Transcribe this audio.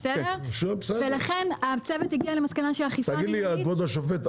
לכן הצוות הגיע למסקנה שאכיפה מנהלית --- כבוד השופט,